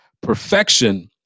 Perfection